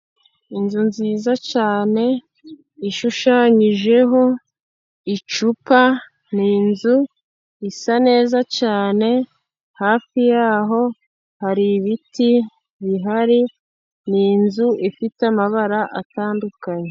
Inzu nziza cyane, ishushanyijeho icupa, ni inzu isa neza cyane, hafi yaho hari ibiti bihari, ni inzu ifite amabara atandukanye.